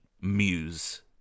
muse